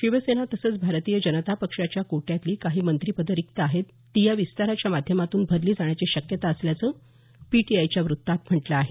शिवसेना तसंच भारतीय जनता पक्षाच्या कोट्यातली काही मंत्रिपदं रिक्त आहेत ती या विस्ताराच्या माध्यमातून भरली जाण्याची शक्यता असल्याचं पीटीआयच्या वृत्तात म्हटलं आहे